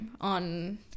on